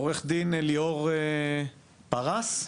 עו"ד ליאור ברס.